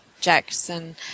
Jackson